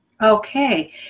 Okay